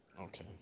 Okay